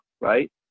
right